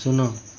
ଶୂନ